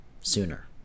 sooner